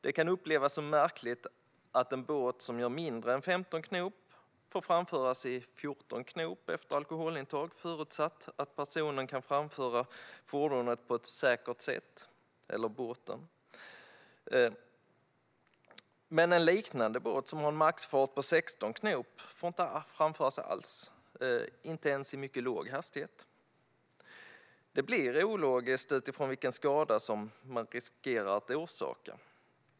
Det kan upplevas som märkligt att en båt som gör mindre än 15 knop får framföras i 14 knop efter alkoholintag, förutsatt att personen kan framföra den på ett säkert sätt, medan en liknande båt som har en maxfart på 16 knop inte får framföras alls, inte ens i mycket låg hastighet. Detta blir ologiskt utifrån vilken skada man riskerar att orsaka.